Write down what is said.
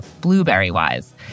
blueberry-wise